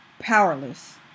powerless